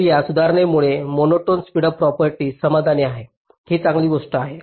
तर या सुधारणेमुळे मोनोटोन स्पीडअप प्रॉपर्टी समाधानी आहे ही चांगली गोष्ट आहे